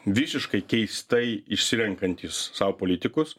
visiškai keistai išsirenkantys sau politikus